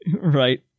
Right